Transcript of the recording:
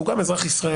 והוא גם אזרח ישראל,